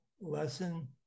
lesson